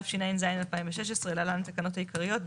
התשע"ז-2016 (להלן התקנות העיקריות"),